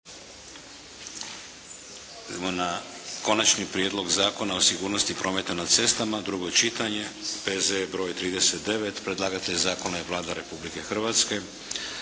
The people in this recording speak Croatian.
- Konačni prijedlog zakona o sigurnosti prometa na cestama, drugo čitanje, P.Z.E. br. 39 Predlagatelj zakona je Vlada Republike Hrvatske.